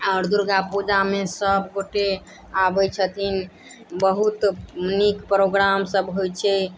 आओर दुर्गा पूजामे सबगोटे आबै छथिन बहुत नीक प्रोग्राम सब होइत छै